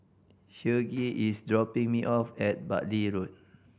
Hughie is dropping me off at Bartley Road